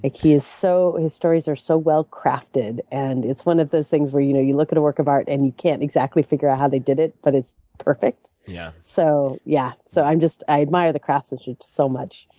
his so his stories are so well crafted. and it's one of those things where you know you look at a work of art and you can't exactly figure out how they did it, but it's perfect? yeah. so yeah. so i'm just i admire the craftsmanship so much.